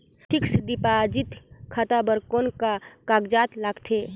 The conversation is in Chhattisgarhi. फिक्स्ड डिपॉजिट खाता बर कौन का कागजात लगथे?